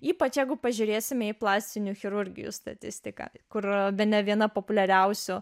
ypač jeigu pažiūrėsime į plastinių chirurgijos statistiką kur bene viena populiariausių